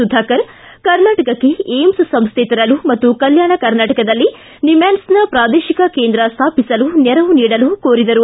ಸುಧಾಕರ್ ಕರ್ನಾಟಕಕ್ಷಿ ಏಮ್ಸ್ ಸಂಸ್ಥೆ ತರಲು ಮತ್ತು ಕಲ್ಲಾಣ ಕರ್ನಾಟಕದಲ್ಲಿ ನಿಮ್ಹಾನ್ಸ್ನ ಪ್ರಾದೇಶಿಕ ಕೇಂದ್ರ ಸ್ನಾಪಿಸಲು ನೆರವು ನೀಡಲು ಕೋರಿದರು